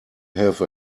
have